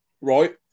right